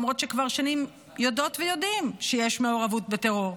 למרות שכבר שנים יודעות ויודעים שיש מעורבות בטרור.